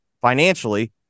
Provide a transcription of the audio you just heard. financially